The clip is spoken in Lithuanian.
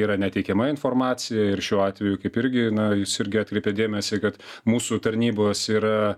yra neteikiama informacija ir šiuo atveju kaip irgi na jūs irgi atkreipėt dėmesį kad mūsų tarnybos yra